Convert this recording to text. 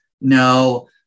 no